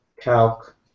calc